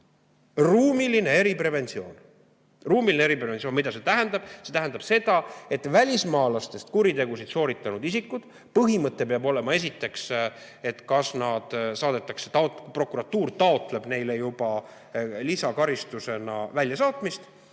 ruumiline eripreventsioon. Ruumiline eripreventsioon. Mida see tähendab? See tähendab seda, et välismaalastest kuritegusid sooritanud isikute puhul põhimõte peab olema esiteks, et kas nad saadetakse – prokuratuur taotleb seda neile lisakaristusena – riigist